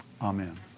Amen